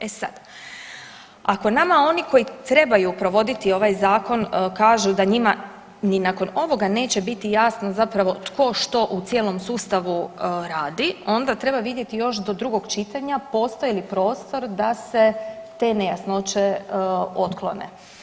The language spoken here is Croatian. E sad, ako nama oni koji trebaju provoditi ovaj zakon kažu da njima ni nakon ovoga neće biti jasno zapravo tko što u cijelom sustavu radi onda treba vidjeti još do drugog čitanja postoji li prostor da se te nejasnoće otklone.